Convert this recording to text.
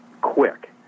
quick